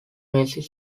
music